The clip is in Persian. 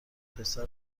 پسر